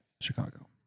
Chicago